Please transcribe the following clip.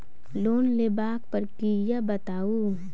Loan लेबाक प्रक्रिया बताऊ?